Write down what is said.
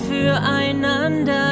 füreinander